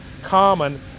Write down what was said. common